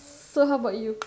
so how bout you